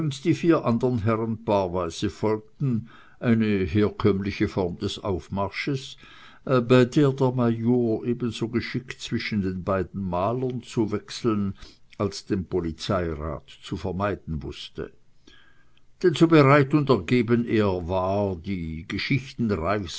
die vier anderen herren paarweise folgten eine herkömmliche form des aufmarsches bei der der major ebenso geschickt zwischen den beiden malern zu wechseln als den polizeirat zu vermeiden wußte denn so bereit und ergeben er war die